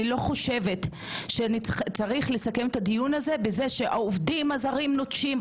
אני לא חושבת שצריך לסכם את הדיון הזה בזה שהעובדים הזרים נוטשים,